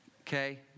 Okay